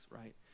right